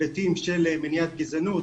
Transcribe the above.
ההיבטים של מניעת גזענות,